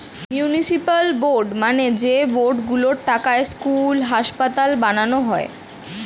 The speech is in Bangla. মিউনিসিপ্যাল বন্ড মানে যে বন্ড গুলোর টাকায় স্কুল, হাসপাতাল বানানো যায়